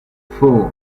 four